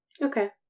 Okay